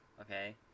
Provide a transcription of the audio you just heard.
okay